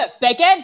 Bacon